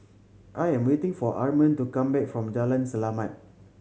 I am waiting for Armond to come back from Jalan Selamat